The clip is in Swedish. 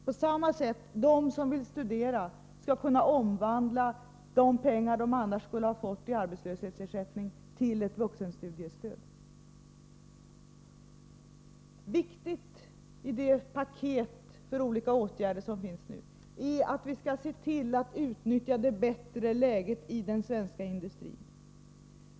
På samma sätt skall de som vill studera kunna omvandla de pengar de annars skulle ha fått i arbetslöshetsersättning till ett vuxenstudiestöd. Det viktiga med det åtgärdspaket som vi har lagt fram är att vi skall se till att utnyttja det bättre läget i den svenska ekonomin.